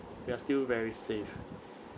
we are still very safe